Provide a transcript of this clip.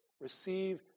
Receive